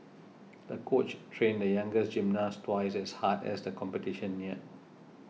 the coach trained the young gymnast twice as hard as the competition near